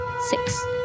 Six